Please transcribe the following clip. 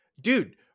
dude